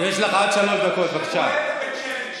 הוא, את בית שמש.